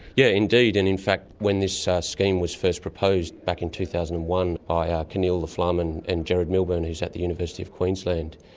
yeah indeed, and in fact when this scheme was first proposed back in two thousand and one by ah knill, laflamme and and gerard milburn who's at the university of queensland.